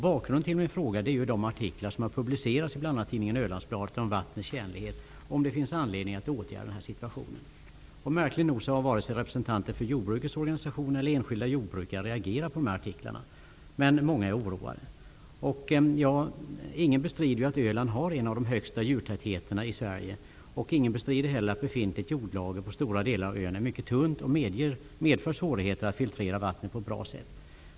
Bakgrunden till min fråga är de artiklar som har publicerats i bl.a. tidningen Ölandsbladet om vattnets tjänlighet och om det finns anledning att åtgärda denna situation. Märkligt nog har vare sig representanter för jordbrukets organisationer eller enskilda jordbrukare reagerat på dessa artiklar. Många är dock oroade. Ingen bestrider att Öland har en av de högsta djurtätheterna i Sverige. Ingen bestrider heller att befintligt jordlager på stora delar av ön är mycket tunt och medför svårigheter att filtrera vattnet på ett bra sätt.